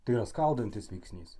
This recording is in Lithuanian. tai yra skaldantis veiksnys